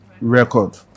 record